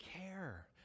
care